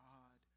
God